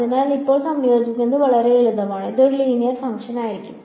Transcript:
അതിനാൽ ഇപ്പോൾ സംയോജിപ്പിക്കുന്നത് വളരെ ലളിതമാണ് ഇത് ഒരു ലീനിയർ ഫംഗ്ഷൻ ആയിരിക്കും